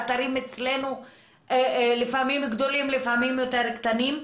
האתרים אצלנו לפעמים גדולים ולפעמים יותר קטנים.